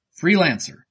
Freelancer